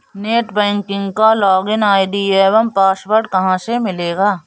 Net banking का login ID एवं password कहाँ से मिलेगा?